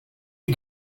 you